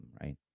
right